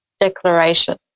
declaration